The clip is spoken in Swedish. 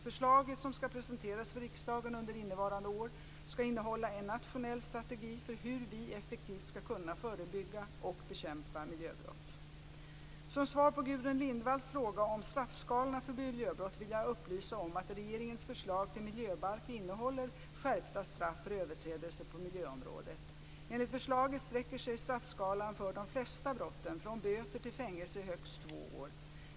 Förslaget, som skall presenteras för riksdagen under innevarande år, skall innehålla en nationell strategi för hur vi effektivt skall kunna förebygga och bekämpa miljöbrott. Som svar på Gudrun Lindvalls fråga om straffskalorna för miljöbrott vill jag upplysa om att regeringens förslag till miljöbalk innehåller skärpta straff för överträdelser på miljöområdet. Enligt förslaget sträcker sig straffskalan för de flesta brotten från böter till fängelse i högst två år.